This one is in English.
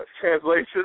translation